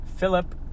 Philip